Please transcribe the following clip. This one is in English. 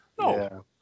No